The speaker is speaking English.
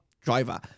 driver